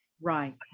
Right